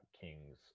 king's